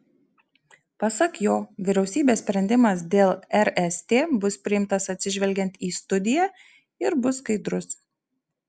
pasak jo vyriausybės sprendimas dėl rst bus priimtas atsižvelgiant į studiją ir bus skaidrus